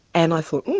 and i thought oh,